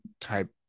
type